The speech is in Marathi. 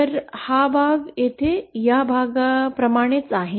तर हा भाग येथे या भागाप्रमाणेच आहे